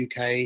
UK